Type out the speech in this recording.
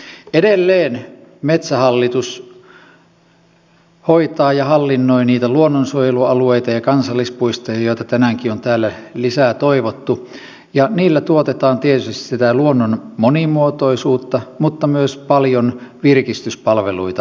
edelleen metsähallitus hoitaa ja hallinnoi niitä luonnonsuojelualueita ja kansallispuistoja joita tänäänkin on täällä lisää toivottu ja niillä tuotetaan tietysti sitä luonnon monimuotoisuutta mutta myös paljon virkistyspalveluita kansalaisille